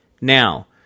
Now